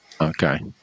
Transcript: Okay